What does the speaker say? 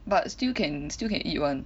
but still can still can eat [one]